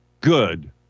Good